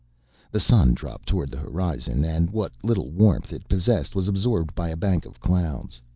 the sun dropped towards the horizon and what little warmth it possessed was absorbed by a bank of clouds.